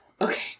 Okay